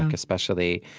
especially.